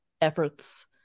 efforts